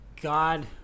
God